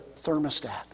thermostat